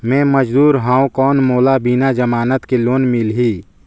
मे मजदूर हवं कौन मोला बिना जमानत के लोन मिलही?